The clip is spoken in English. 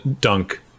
dunk